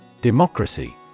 Democracy